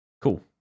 Cool